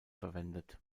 verwendet